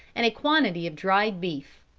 and a quantity of dried beef.